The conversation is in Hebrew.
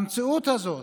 במציאות הזאת,